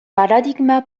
paradigma